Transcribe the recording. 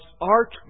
art